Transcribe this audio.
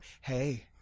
hey